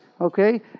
okay